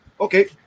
Okay